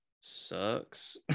sucks